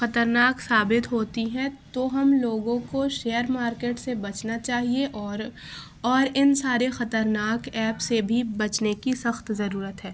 خطرناک ثابت ہوتی ہے تو ہم لوگوں کو شیئر مارکیٹ سے بچنا چاہیے اور اور ان سارے خطرناک ایپ سے بھی بچنے کی بھی سخت ضرورت ہے